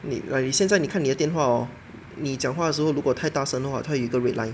like 你现在你看你的电话 hor 你讲话的时候如果太大声的话他有一个 red line